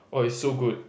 oh it's so good